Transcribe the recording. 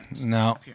no